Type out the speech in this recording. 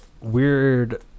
weird